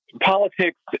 politics